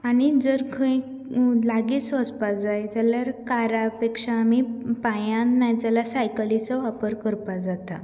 आनी जर खंय लागींच वचपाक जाय जाल्यार कारा पेक्षा आमी पांयांन ना जाल्यार सायकलीचो वापर करपाक जाता